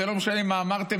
זה לא משנה מה אמרתם,